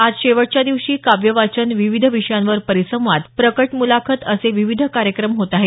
आज शेवटच्या दिवशी काव्यवाचन विविध विषयांवर परिसंवाद प्रकट मुलाखत असे विविध कार्यक्रम होत आहेत